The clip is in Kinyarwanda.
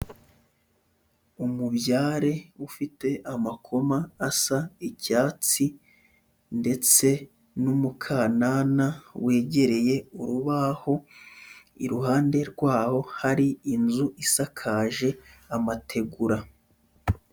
Umubyare ufite amakoma asa icyatsi, ndetse n'umukanana wegereye urubaho, iruhande rwaho hari inzu isakaje amategura.